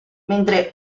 mentre